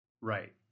Right